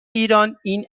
ایران، این